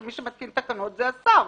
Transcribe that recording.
כי מי שמתקין תקנות הוא השר.